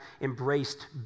embraced